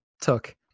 took